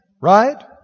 Right